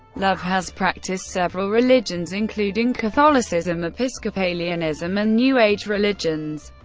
love has practiced several religions, including catholicism, episcopalianism and new age religions,